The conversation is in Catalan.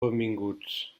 benvinguts